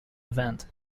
event